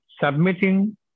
submitting